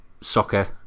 soccer